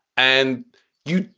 and you.